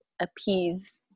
appease